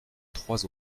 trois